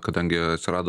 kadangi atsirado